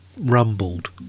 rumbled